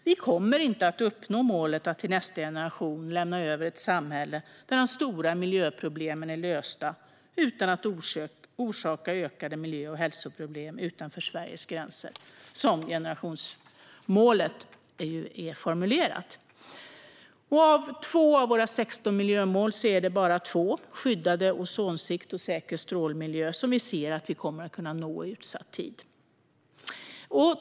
Vi kommer inte att uppnå målet att till nästa generation lämna över ett samhälle där de stora miljöproblemen är lösta utan att orsaka ökade miljö och hälsoproblem utanför Sveriges gränser, som generationsmålet är formulerat. Av de 16 miljömålen är det bara två, Skyddande ozonskikt och Säker strålmiljö, som kommer att nås inom utsatt tid.